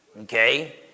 Okay